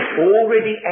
already